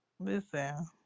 Listen